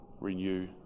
Renew